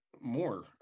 more